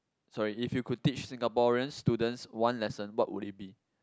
sorry if you could teach Singaporean students one lesson what would it be